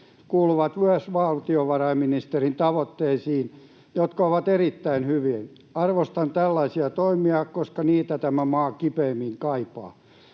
kuuluvat myös valtiovarainministeriön tavoitteisiin, jotka ovat erittäin hyviä. Arvostan tällaisia toimia, koska niitä tämä maa kipeimmin kaipaa.